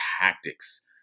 tactics